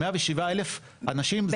107,000 אנשים זכו בדירות.